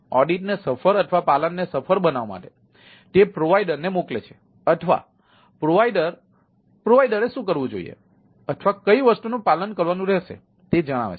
તેથી ઓડિટને સફળ અથવા પાલનને સફળ બનાવવા માટે તે પ્રોવાઇડરને મોકલે છે અથવા પ્રોવાઇડરએ શું કરવું જોઈએ અથવા કઈ વસ્તુનું પાલન કરવાનું રહેશે તે જણાવે છે